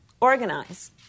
organize